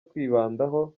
twibandaho